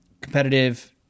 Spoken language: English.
competitive